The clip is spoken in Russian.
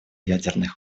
ядерных